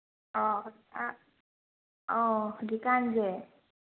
ꯥꯑ ꯑꯧ ꯍꯧꯖꯤꯛ ꯀꯥꯟꯁꯦ